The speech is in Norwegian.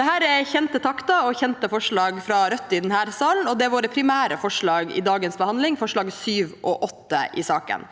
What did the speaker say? Dette er kjente takter og kjente forslag fra Rødt i denne salen, og det er våre primære forslag i dagens behandling, forslagene nr. 7 og 8 i saken.